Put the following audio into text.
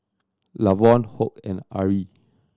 Lavonne Hoke and Ari